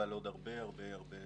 אבל עוד הרבה הרבה